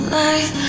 life